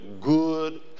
good